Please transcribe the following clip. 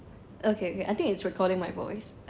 okay okay I think it's recording my voice